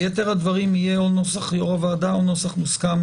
ביתר הדברים יהיה נוסח יו"ר הוועדה או נוסח מוסכם